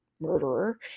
murderer